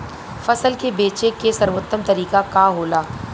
फसल के बेचे के सर्वोत्तम तरीका का होला?